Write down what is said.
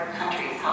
countries